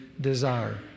desire